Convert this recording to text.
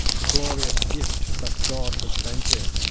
the glorious gift that god had sent him,